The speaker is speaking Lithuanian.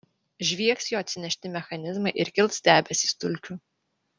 žviegs jo atsinešti mechanizmai ir kils debesys dulkių